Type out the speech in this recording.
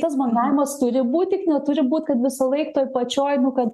tas bangavimas turi būt tik neturi būt kad visąlaik toj pačioj nu kad